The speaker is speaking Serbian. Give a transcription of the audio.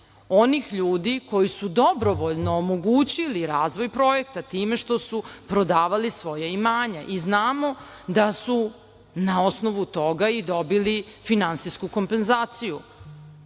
onih ljudi koji su dobrovoljno omogućili razvoj projekta time što su prodavali svoja imanja i znamo da su na osnovu toga i dobili finansijsku kompenzaciju.